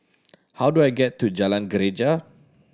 how do I get to Jalan Greja